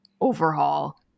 overhaul